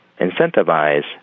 incentivize